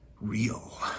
real